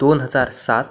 दोन हजार सात